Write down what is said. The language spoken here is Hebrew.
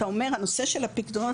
אתה אומר הנושא של הפיקדונות,